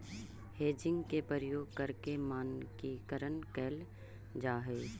hedging के प्रयोग करके मानकीकरण कैल जा हई